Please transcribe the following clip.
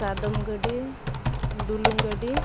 ᱥᱟᱫᱚᱢ ᱜᱟᱹᱰᱤ ᱰᱩᱞᱩᱝ ᱜᱟᱹᱰᱤ